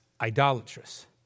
idolatrous